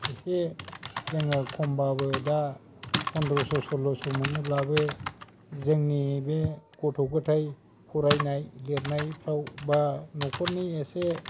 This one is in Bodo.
एसे जोङो खमबाबो दा पन्द्रस' सल'स' मोनोब्लाबो जोंनि बे गथ' गथाय फरायनाय लिरनायफ्राव बा न'खरनि एसे